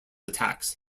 attacks